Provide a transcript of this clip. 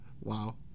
Wow